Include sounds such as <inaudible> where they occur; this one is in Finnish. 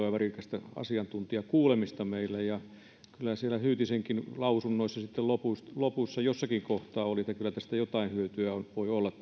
<unintelligible> ja värikästä asiantuntijakuulemista kyllähän niissä hyytisenkin lausunnoissa sitten lopussa jossakin kohtaa oli että kyllä tästäkin päätöksestä jotain hyötyä voi olla <unintelligible>